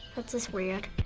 that's just weird.